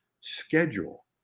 schedule